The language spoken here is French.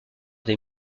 des